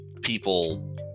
people